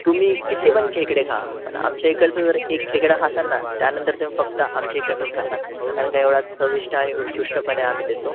तुम्ही कित्ती पण खेकडे खा पण आमच्याइकडचं जर एक खेकडा खाल ना त्यानंतर तुम्ही फक्त आमच्या इकडचाच खाल कारण का एवढा चविष्ट आणि उत्कृष्टपणे आम्ही देतो